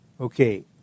Okay